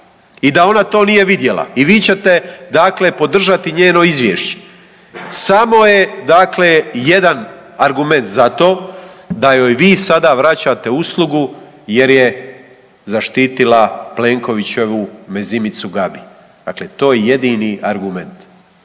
i da ona to nije vidjela i vi ćete dakle podržati njeno izvješće. Samo je dakle jedan argument za to, da joj vi sada vraćate uslugu jer je zaštitila Plenkovićevu mezimicu Gabi. Dakle, to je jedini argument.